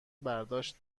برداشت